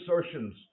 assertions